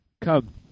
Come